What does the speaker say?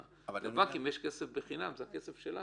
לבנקים יש כסף בחינם, זה הכסף שלנו.